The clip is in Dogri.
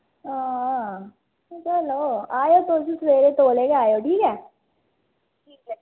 आं आयो तुस बी आयो सबेरै तौले गै आवेओ